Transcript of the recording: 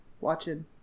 watching